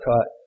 cut